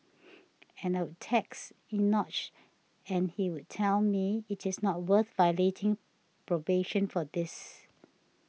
but I'd text Enoch and he'd tell me it is not worth violating probation for this